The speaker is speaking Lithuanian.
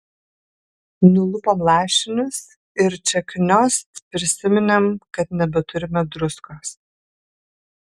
nulupom lašinius ir čia kniost prisiminėm kad nebeturime druskos